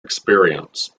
experience